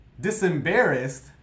disembarrassed